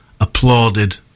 applauded